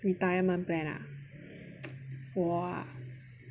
retirement plan ah 我 ah